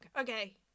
okay